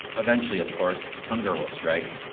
eventually, of course, hunger will strike.